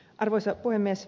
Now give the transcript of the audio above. arvoisa puhemies